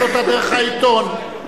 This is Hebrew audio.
חבר הכנסת כץ, תשאל אותה דרך העיתון.